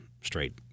straight